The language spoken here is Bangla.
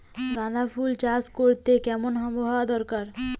গাঁদাফুল চাষ করতে কেমন আবহাওয়া দরকার?